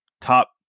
top